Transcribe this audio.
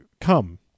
come